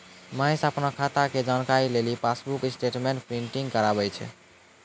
महेश अपनो खाता के जानकारी लेली पासबुक स्टेटमेंट प्रिंटिंग कराबै छै